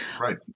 Right